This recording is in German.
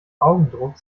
augendruck